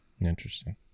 Interesting